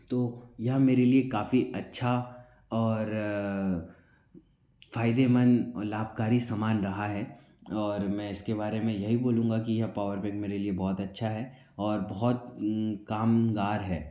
तो यह मेरे लिए काफ़ी अच्छा और फ़ायदेमंद और लाभकारी सामान रहा है और मैं इसके बारे में यही बोलूँगा कि यह पावर बैंक मेरे लिए बहुत अच्छा है और बहुत कामगार है